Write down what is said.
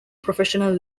professional